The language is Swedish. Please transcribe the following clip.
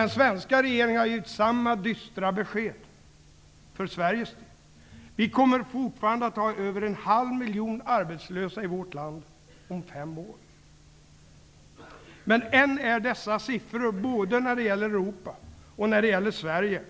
Den svenska regeringen har gett samma dystra besked för Sveriges del. Om fem år kommer vi fortfarande att ha över en halv miljon arbetslösa i vårt land. Men än är dessa siffror, både när det gäller Europa och Sverige,